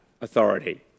authority